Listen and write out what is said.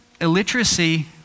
Illiteracy